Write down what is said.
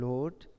Lord